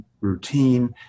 routine